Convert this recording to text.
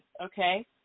okay